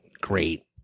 great